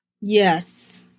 yes